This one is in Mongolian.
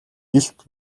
илт